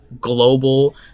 global